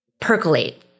percolate